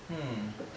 hmm